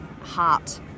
heart